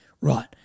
Right